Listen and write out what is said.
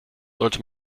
sollte